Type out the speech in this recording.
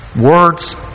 Words